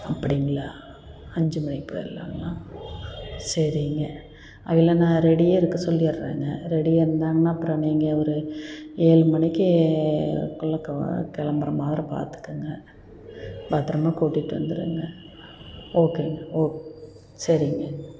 அப்படிங்களா அஞ்சு மணிக்கு போயிறலாங்களா சரிங்க அவங்கள நான் ரெடியாக இருக்க சொல்லிவிட்றேங்க ரெடியாக இருந்தாங்கன்னா அப்புறம் நீங்கள் ஒரு ஏழு மணிக்கு கிளம்புற மாரி பார்த்துக்கங்க பத்தரமாக கூட்டிகிட்டு வந்துருங்க ஓகேங்க ஓக் சரிங்க